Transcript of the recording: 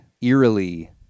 eerily